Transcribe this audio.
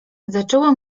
zaczęło